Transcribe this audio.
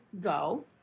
go